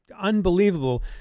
unbelievable